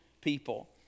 people